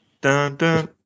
Dun-dun